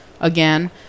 again